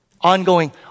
Ongoing